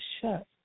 shut